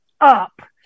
up